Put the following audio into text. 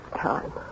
time